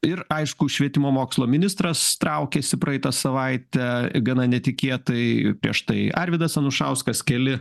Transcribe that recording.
ir aišku švietimo mokslo ministras traukiasi praeitą savaitę gana netikėtai prieš tai arvydas anušauskas keli